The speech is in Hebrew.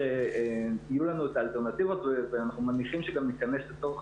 שיהיו לנו האלטרנטיבות ואנחנו מניחים שגם ניכנס לתוך